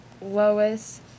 Lois